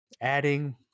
adding